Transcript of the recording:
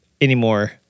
anymore